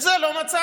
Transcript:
את זה לא מצאתי.